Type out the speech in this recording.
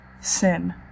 sin